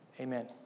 Amen